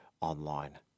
online